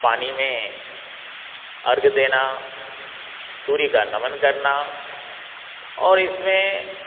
पानी में अर्घ देना सूर्य का नमन करना और इसमें